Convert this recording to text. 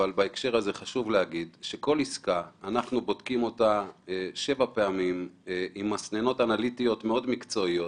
אבל כל עסקה אנחנו בודקים שבע פעמים עם מסננות אנליטיות מאוד מקצועיות.